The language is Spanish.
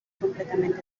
completamente